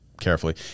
carefully